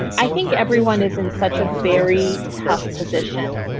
i think everyone is in such a very tough position.